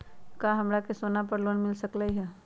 का हमरा के सोना पर लोन मिल सकलई ह?